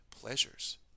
pleasures